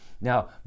Now